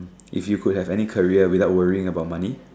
if you could have any career without worrying about money